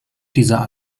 dieser